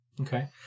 Okay